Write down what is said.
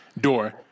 door